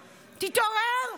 תתעורר.